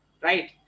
right